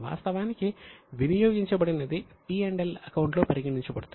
వాస్తవానికి వినియోగించబడినది P L అకౌంట్లో పరిగణించబడుతుంది